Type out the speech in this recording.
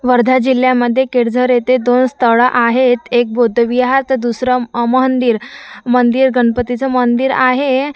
वर्धा जिल्ह्यामध्ये केळझर येथे दोन स्थळं आहेत एक बौद्ध विहार तर दुसरं मंदिर मंदिर गणपतीचं मंदिर आहे